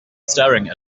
staring